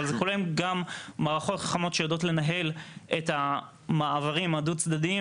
אבל זה כולל גם מערכות חכמות שיודעות לנהל את המעברים הדו-צדדים